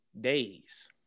days